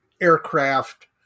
aircraft